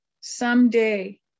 someday